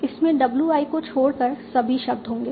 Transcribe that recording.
इसमें w i को छोड़कर सभी शब्द होंगे